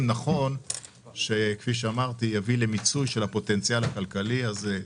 נכון שיביא למיצוי של הפוטנציאל הכלכלי הזה.